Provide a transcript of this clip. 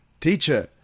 Teacher